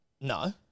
No